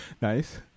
Nice